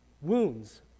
wounds